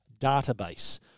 database